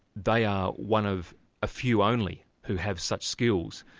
they are one of a few only who have such skills.